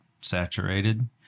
saturated